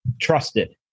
trusted